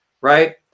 Right